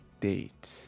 date